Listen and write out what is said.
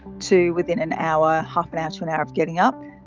to within an hour, half an hour to an hour of getting up,